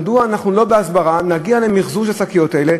מדוע שלא נגיע בהסברה לנושא של מחזור השקיות האלה,